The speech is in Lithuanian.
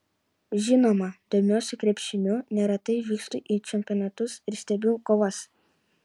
žinoma domiuosi krepšiniu neretai vykstu į čempionatus ir stebiu kovas